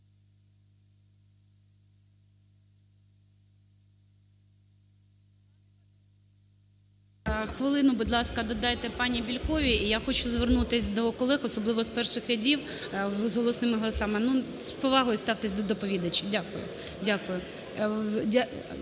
Хвилину, будь ласка, додайте пані Бєльковій. І я хочу звернутися до колег, особливо з перших рядів з голосними голосами: з повагою ставтесь до доповідачів. Дякую, дякую.